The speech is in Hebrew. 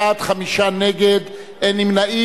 22 בעד, חמישה נגד, אין נמנעים.